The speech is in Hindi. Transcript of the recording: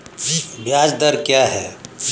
ब्याज दर क्या है?